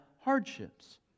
hardships